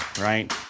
right